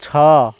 ଛଅ